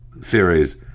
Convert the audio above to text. series